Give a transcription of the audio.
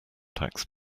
tax